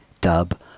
dub